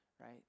right